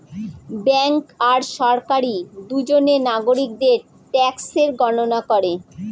bank আর সরকারি দুজনে নাগরিকদের ট্যাক্সের গণনা করে